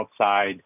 outside